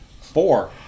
Four